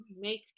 make